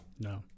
No